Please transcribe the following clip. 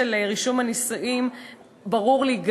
של רישום הנישואים ברור גם לי,